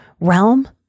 realm